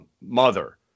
mother